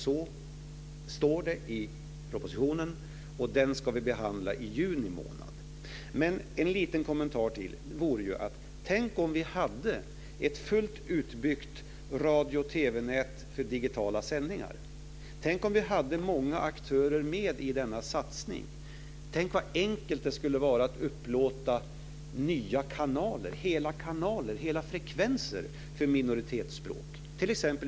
Så står det i propositionen, och den ska vi behandla i juni. En liten kommentar till vore ju: Tänk om vi hade ett fullt utbyggt radio och TV-nät för digitala sändningar! Tänk om vi hade många aktörer med i denna satsning - tänk vad enkelt det skulle vara att upplåta nya kanaler, hela kanaler och frekvenser, för minoritetsspråk.